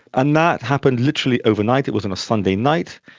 and that happened literally overnight. it was on a sunday night,